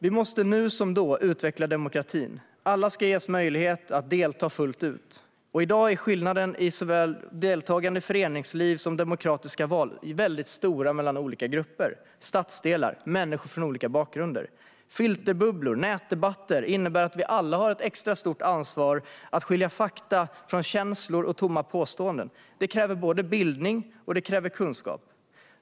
Vi måste nu som då utveckla demokratin. Alla ska ges möjlighet att delta fullt ut. I dag är skillnaden i deltagandet i såväl föreningsliv som demokratiska val väldigt stor mellan olika grupper, stadsdelar och människor från olika bakgrunder. Filterbubblor och nätdebatter innebär att vi alla har ett extra stort ansvar att skilja fakta från känslor och tomma påståenden. Detta kräver både bildning och kunskap.